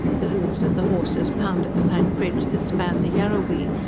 the hoofs of the horses pounded the plank bridge that spanned the yarrowee,